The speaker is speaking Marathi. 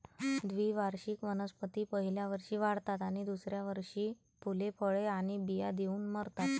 द्विवार्षिक वनस्पती पहिल्या वर्षी वाढतात आणि दुसऱ्या वर्षी फुले, फळे आणि बिया देऊन मरतात